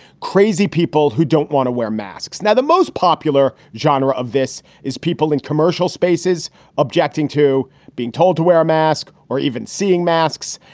crazy people who don't want to wear masks. now, the most popular genre of this is people in commercial spaces objecting to being told to wear a mask or even seeing masks.